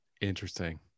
Interesting